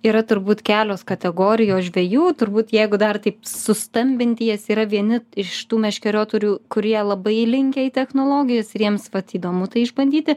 yra turbūt kelios kategorijos žvejų turbūt jeigu dar taip sustambinti jas yra vieni iš tų meškeriotorių kurie labai linkę į technologijas ir jiems vat įdomu tai išbandyti